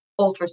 ultrasound